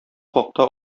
хакта